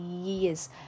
years